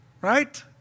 Right